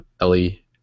Ellie